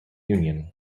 union